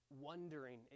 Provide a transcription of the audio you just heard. wondering